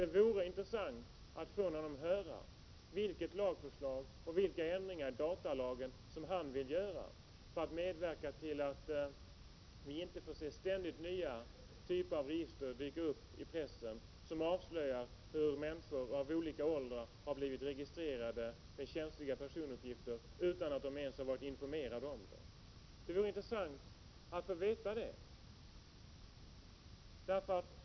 Det vore intressant att från honom höra vilka ändringar i datalagen han vill göra för att medverka till att vi inte skall behöva se ständigt nya uppgifter i 53 pressen om nya typer av register, som avslöjar hur människor i olika åldrar har blivit registrerade med känsliga personuppgifter utan att de varit informerade. Det vore intressant att få veta det.